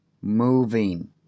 moving